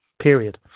period